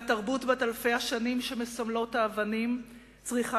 והתרבות בת אלפי השנים שמסמלות האבנים צריכה